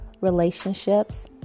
relationships